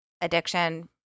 addiction